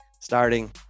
starting